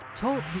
Talk